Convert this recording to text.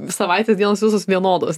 savaitės dienos visos vienodos